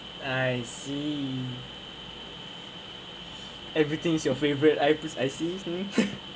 I see everything is your favourite I preci~ I see something